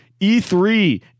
E3